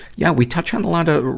yeah, we touch on a lot of,